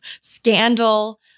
scandal